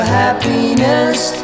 happiness